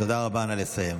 תודה רבה, נא לסיים.